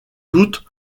toutes